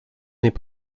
n’est